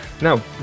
Now